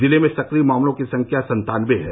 जिले में सक्रिय मामलों की संख्या सत्तानबे है